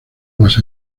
más